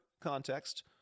context